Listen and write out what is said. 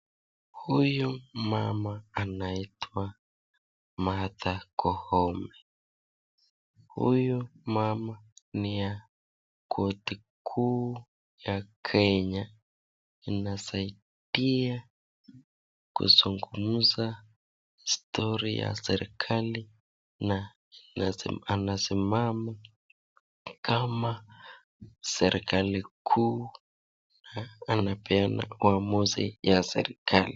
Huyu mama anaitwa Martha Koome ,huyu mama ni ya koti kuu ya Kenya , inasaidia kuzungumza (cs)story(cs) ya serikali na anasimama kama serikali kuu, amepeana uamuzi ya serikali.